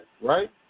right